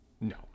No